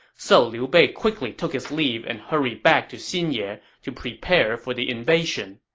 so liu bei quickly took his leave and hurried back to xinye to prepare for the invasion.